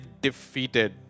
defeated